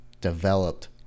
developed